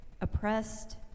oppressed